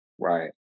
Right